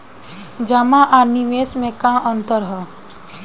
जमा आ निवेश में का अंतर ह?